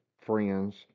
friends